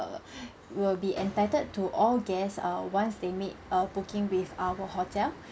will be entitled to all guests err once they made a booking with our hotel